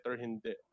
hindi